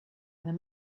them